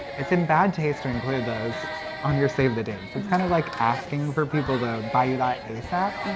it's in bad taste to include those on your save the dates. it's kind of like asking for people to buy you that asap.